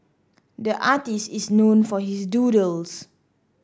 the artist is known for his doodles